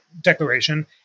Declaration